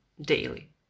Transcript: daily